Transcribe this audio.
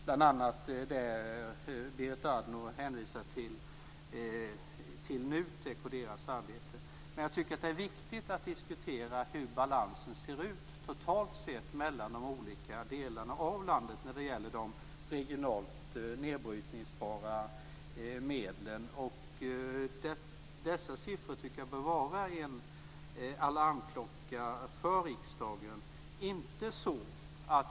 Berit Andnor hänvisar bl.a. till NUTEK:s arbete. Men det är viktigt att diskutera hur balansen ser ut totalt sett mellan de olika delarna av landet i fråga om de regionalt nedbrytningsbara medlen. Dessa siffror bör vara en alarmklocka för riksdagen.